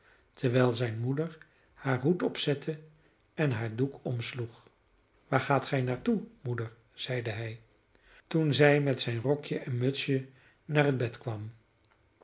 terwijl zijne moeder haar hoed opzette en haar doek omsloeg waar gaat gij naar toe moeder zeide hij toen zij met zijn rokje en mutsje naar het bed kwam